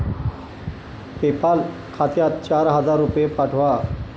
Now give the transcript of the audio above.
PayPal खात्यात चार हजार रुपये पाठवा